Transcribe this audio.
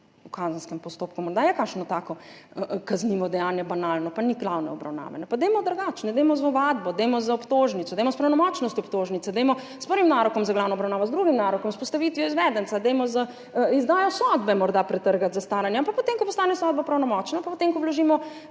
v kazenskem postopku? Morda je kakšno tako banalno kaznivo dejanje, pa ni glavne obravnave. Pa dajmo drugače, dajmo z ovadbo, dajmo z obtožnico, dajmo s pravnomočnostjo obtožnice, dajmo s prvim narokom za glavno obravnavo, z drugim narokom, s postavitvijo izvedenca, dajmo z izdajo sodbe morda pretrgati zastaranje, ampak potem ko postane sodba pravnomočna, potem ko vložimo